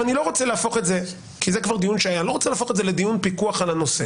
אני לא רוצה להפוך את זה לדיון פיקוח על הנושא,